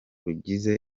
rugize